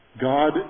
god